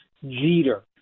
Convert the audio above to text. Jeter